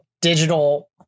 digital